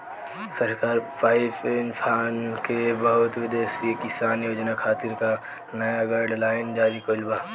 सरकार पॉवरइन्फ्रा के बहुउद्देश्यीय किसान योजना खातिर का का नया गाइडलाइन जारी कइले बा?